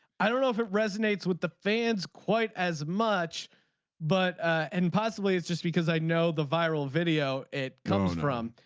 i don't know if it resonates with the fans quite as much but and possibly it's just because i know the viral video it comes from.